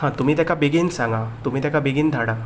हा तुमी तेका बेगीन सांगा तुमी तेका बेगीन धाडा